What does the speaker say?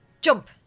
Jump